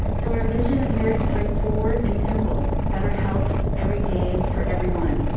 so our vision is very straightforward and simple, better health every day for everyone.